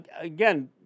again